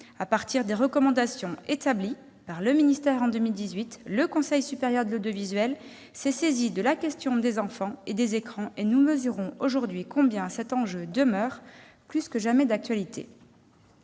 à partir des recommandations établies par le ministère en 2008, le Conseil supérieur de l'audiovisuel s'est saisi de la question des enfants et des écrans. Nous mesurons aujourd'hui combien cet enjeu demeure plus que jamais d'actualité.